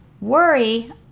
Worry